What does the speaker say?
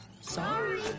Sorry